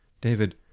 david